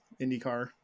IndyCar